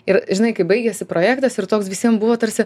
ir žinai kaip baigėsi projektas ir toks visiem buvo tarsi